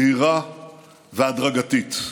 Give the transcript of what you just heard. זהירה והדרגתית.